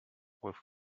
with